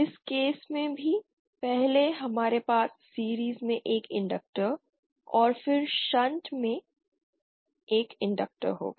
इस केस में भी पहले हमारे पास सीरिज़ में एक इंडक्टर और फिर शंट में एक इंडक्टर होगा